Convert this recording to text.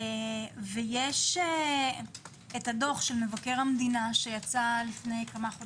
ויש דוח מבקר המדינה שיצא לפני כמעט שנה,